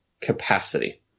capacity